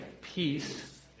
peace